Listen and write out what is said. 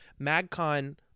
MagCon